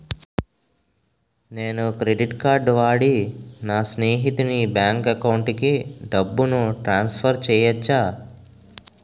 నేను credit card వాడి నా స్నేహితుని బ్యాంక్ అకౌంట్ కి డబ్బును ట్రాన్సఫర్ చేయచ్చా?